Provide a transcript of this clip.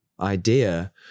idea